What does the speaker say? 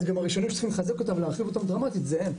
אז גם הראשונים שצריכים לחזק אותם ולהרחיב אותם דרמטית זה הם,